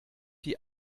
die